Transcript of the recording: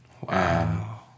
wow